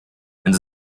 and